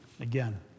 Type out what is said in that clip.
again